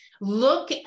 look